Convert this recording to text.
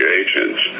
agents